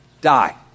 Die